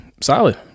solid